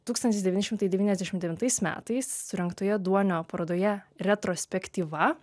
tūkstantis devyni šimtai devyniasdešimt devintais metais surengtoje duonio parodoje retrospektyva